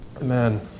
Amen